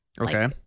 Okay